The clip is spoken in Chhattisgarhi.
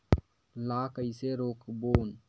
ला कइसे रोक बोन?